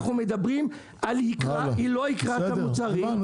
אנחנו מדברים על זה שהיא לא יקרה את המוצרים,